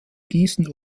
gießen